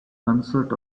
consort